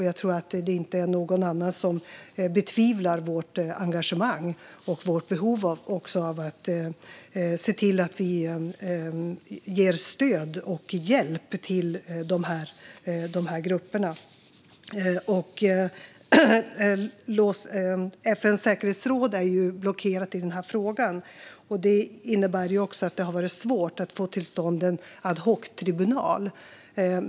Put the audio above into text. Jag tror inte att någon annan betvivlar vårt engagemang och vårt behov av att se till att vi ger de här grupperna stöd och hjälp. FN:s säkerhetsråd är blockerat i frågan. Det innebär att det har varit svårt att få till stånd en ad hoc-tribunal.